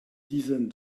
dizaines